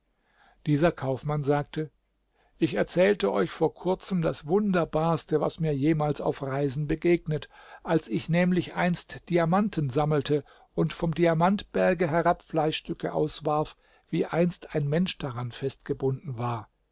dieser kaufmann sagte ich erzählte euch vor kurzem das wunderbarste was mir jemals auf reisen begegnet als ich nämlich einst diamanten sammelte und vom diamantberge herab fleischstücke auswarf wie einst ein mensch daran festgebunden war